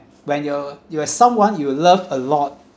when you're you have someone you love a lot